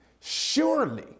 Surely